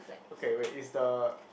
okay wait is the